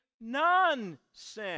nonsense